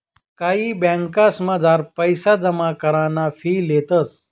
कायी ब्यांकसमझार पैसा जमा कराना फी लेतंस